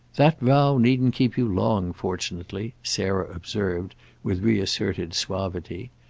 that vow needn't keep you long, fortunately, sarah observed with reasserted suavity.